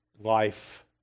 life